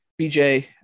bj